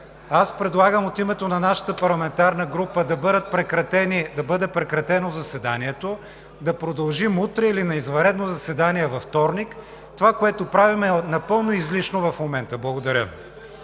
днес. От името на нашата парламентарна група предлагам да бъде прекратено заседанието, да продължим утре или на извънредно заседание във вторник. Това, което правим, е напълно излишно в момента. Благодаря